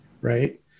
right